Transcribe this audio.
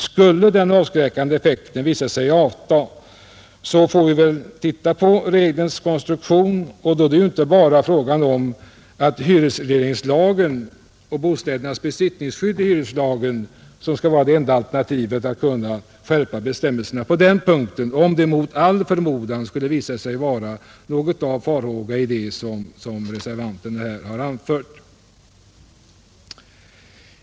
Skulle den avskräckande effekten visa sig avta, så får vi väl titta på regelns konstruktion, och då är det inte fråga om att hyresregleringslagen och dess besittningsskydd för bostäder skall vara det enda alternativet när det gäller att skärpa bestämmelserna, om det mot all förmodan skulle ligga någon sanning i de farhågor som reservanten här har anfört.